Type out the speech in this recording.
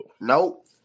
Nope